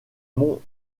monts